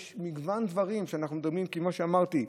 יש מגוון דברים שאנחנו מדברים עליהם, כמו שאמרתי,